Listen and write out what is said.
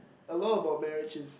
a lot about marriage is